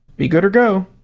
be good or go.